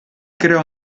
creò